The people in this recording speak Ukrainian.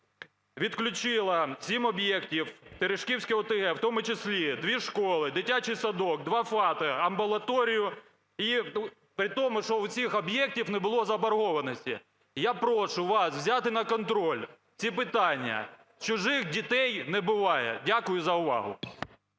відключила 7 об'єктів Терешківської ОТГ, у тому числі дві школи, дитячий садок, два ФАПи, амбулаторію, при тому що в цих об'єктах не було заборгованості. Я прошу вас взяти на контроль ці питання. Чужих дітей не буває. Дякую за увагу.